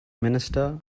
minister